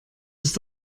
ist